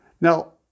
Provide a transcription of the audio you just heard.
Now